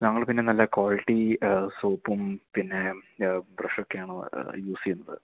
ഞങ്ങള് പിന്നെ നല്ല ക്വാളിറ്റി സോപ്പും പിന്നെ ബ്രെഷുമൊക്കെയാണ് യൂസ് ചെയ്യുന്നത്